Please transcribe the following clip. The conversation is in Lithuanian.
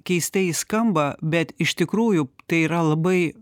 keistai skamba bet iš tikrųjų tai yra labai